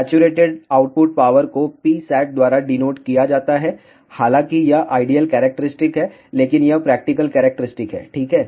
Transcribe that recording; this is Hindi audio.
सैचुरेटेड आउटपुट पावर को Psat द्वारा डिनोट किया जाता है हालाँकि यह आइडियल कैरेक्टरिस्टिक है लेकिन यह प्रैक्टिकल कैरेक्टरस्टिक है ठीक है